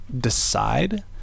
decide